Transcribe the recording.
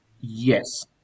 Yes